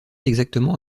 exactement